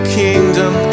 kingdom